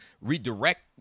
redirect